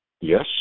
Yes